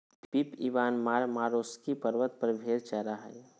Pip Ivan Marmarosky पर्वत पर भेड़ चरा हइ